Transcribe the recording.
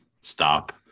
stop